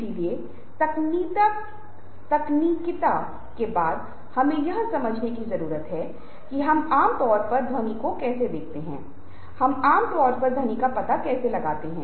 गैर मौखिक इशारे और अभिव्यक्तियाँ बहुत ज़रूरी है जो बहुत दिखाई देनी चाहिए हैं और आपको पता होना चाहिए कि वे वास्तव में क्या सन्देश दे रही हैं